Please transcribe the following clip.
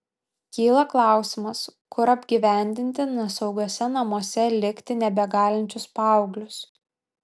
kyla klausimas kur apgyvendinti nesaugiuose namuose likti nebegalinčius paauglius